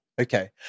Okay